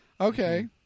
Okay